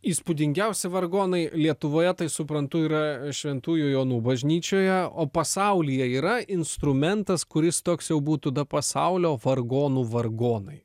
įspūdingiausi vargonai lietuvoje tai suprantu yra šventųjų jonų bažnyčioje o pasaulyje yra instrumentas kuris toks jau būtų da pasaulio vargonų vargonai